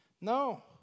No